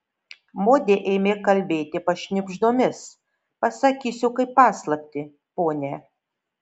modė ėmė kalbėti pašnibždomis pasakysiu kaip paslaptį pone